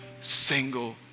single